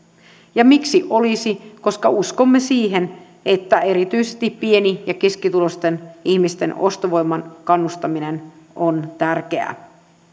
ja miksi olisi koska uskomme siihen että erityisesti pieni ja keskituloisten ihmisten ostovoiman kannustaminen on tärkeää